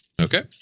Okay